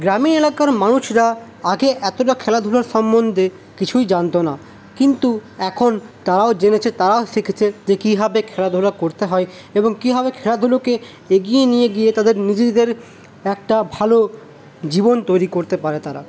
গ্রামীণ এলাকার মানুষরা আগে এতটা খেলাধুলা সম্বন্ধে কিছুই জানত না কিন্তু এখন তারাও জেনেছে তারাও শিখেছে যে কীভাবে খেলাধুলা করতে হয় এবং কিভাবে খেলাধুলোকে এগিয়ে নিয়ে গিয়ে তাদের নিজেদের একটা ভালো জীবন তৈরি করতে পারে তারা